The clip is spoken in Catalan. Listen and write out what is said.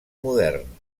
modern